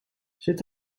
zit